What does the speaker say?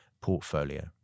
portfolio